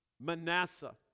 Manasseh